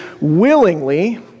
willingly